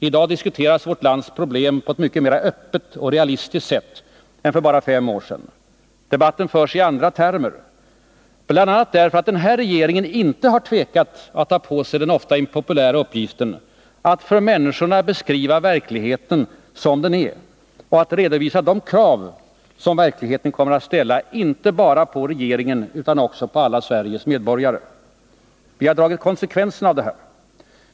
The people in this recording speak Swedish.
I dag diskuteras vårt lands problem på ett mycket mera öppet och realistiskt sätt än för bara fem år sedan. Debatten förs nu i andra termer, bl.a. därför att den här regeringen inte har tvekat att ta på sig den ofta impopulära uppgiften att för människorna beskriva verkligheten som den är och att redovisa de krav som verkligheten kommer att ställa, inte bara på regeringen utan också på alla Sveriges medborgare. Vi har dragit konsekvenserna av det här.